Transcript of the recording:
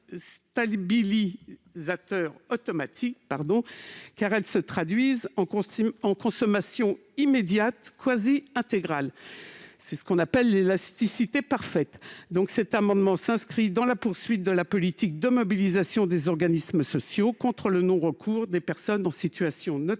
stabilisateur automatique, car elles se traduisent en consommation immédiate et quasi intégrale : c'est ce qu'on appelle l'élasticité parfaite. Par cet amendement, nous nous inscrivons dans la poursuite de la politique de mobilisation des organismes sociaux contre le non-recours aux droits des personnes